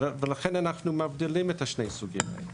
ולכן אנחנו מבדילים בין שני הסוגים האלו.